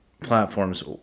platforms